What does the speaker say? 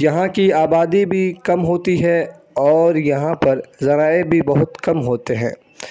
یہاں کی آبادی بھی کم ہوتی ہے اور یہاں پر ذرائع بھی بہت کم ہوتے ہیں